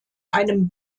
einem